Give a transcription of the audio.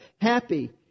happy